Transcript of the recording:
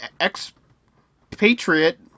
expatriate